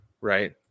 Right